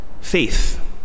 faith